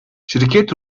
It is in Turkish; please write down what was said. şirket